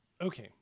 Okay